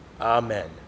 Amen